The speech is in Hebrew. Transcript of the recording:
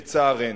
לצערנו.